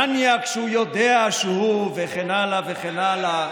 מניאק שיודע שהוא" וכן הלאה וכן הלאה.